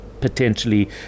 potentially